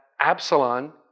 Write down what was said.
Absalom